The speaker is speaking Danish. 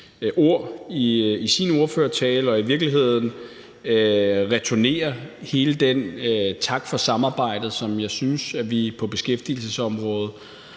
ord i sin ordførertale og i virkeligheden returnere hele den tak for samarbejdet, som jeg synes vi på beskæftigelsesområdet